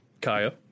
Kaya